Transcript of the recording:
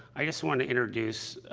i just want to introduce ah,